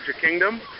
kingdom